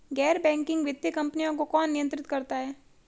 गैर बैंकिंग वित्तीय कंपनियों को कौन नियंत्रित करता है?